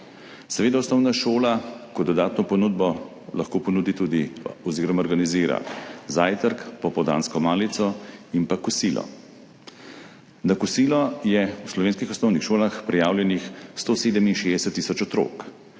Seveda lahko osnovna šola kot dodatno ponudbo ponudi oziroma organizira tudi zajtrk, popoldansko malico in pa kosilo. Na kosilo je v slovenskih osnovnih šolah prijavljenih 167 tisoč otrok.